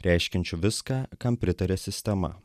reiškiančiu viską kam pritaria sistema